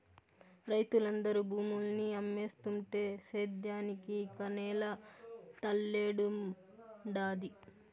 రైతులందరూ భూముల్ని అమ్మేస్తుంటే సేద్యానికి ఇక నేల తల్లేడుండాది